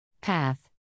Path